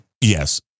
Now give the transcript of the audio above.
yes